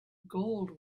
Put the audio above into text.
gold